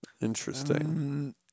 interesting